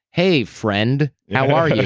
hey, friend. how are you?